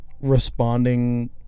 responding